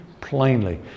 plainly